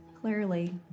clearly